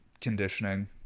conditioning